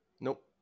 Nope